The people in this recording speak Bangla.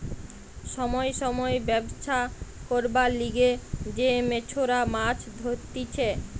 সময় সময় ব্যবছা করবার লিগে যে মেছোরা মাছ ধরতিছে